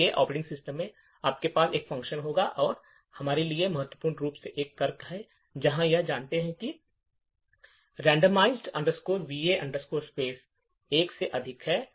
इसलिए operating system में आपके पास एक फ़ंक्शन होगा और हमारे लिए महत्वपूर्ण रूप से एक शर्त है जहां हम जांचते हैं कि क्या यह randomize va space एक से अधिक है